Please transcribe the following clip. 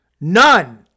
none